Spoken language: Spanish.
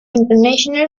international